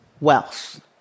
wealth